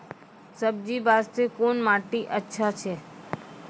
सब्जी बास्ते कोन माटी अचछा छै?